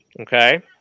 okay